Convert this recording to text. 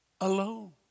alone